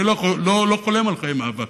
אני לא חולם על חיי מאבק.